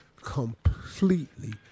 completely